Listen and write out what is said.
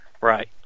Right